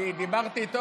דיברתי איתו,